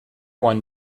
one